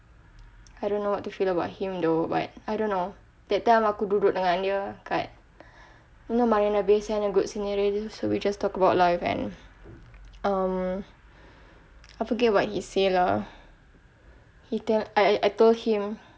I don't know what to feel about him though but I don't know that time aku duduk dengan dia kat you know marina bay sand got good scenery so we just talk about life and um I forget what he say lah he tell I I told him